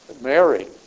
Mary